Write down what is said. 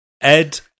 Ed